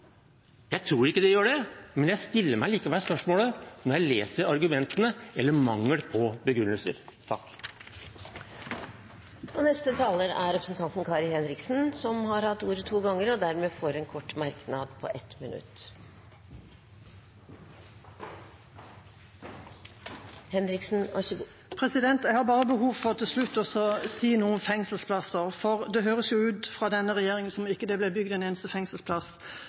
Jeg tror ikke de vil det, men jeg stiller meg likevel spørsmålet når jeg leser argumentene eller mangelen på begrunnelser. Representanten Kari Henriksen har hatt ordet to ganger tidligere og får ordet til en kort merknad, begrenset til 1 minutt. Jeg har til slutt behov for å si noe om fengselsplasser, for det høres fra denne regjeringa ut som om det ikke ble bygd en eneste fengselsplass